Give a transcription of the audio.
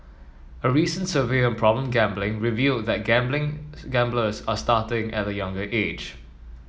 a recent survey on problem gambling revealed that gambling gamblers are starting at a younger age